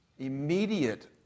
Immediate